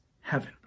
heaven